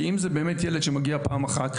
כי אם זה באמת ילד שמגיע פעם אחת,